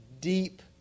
deep